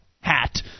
hat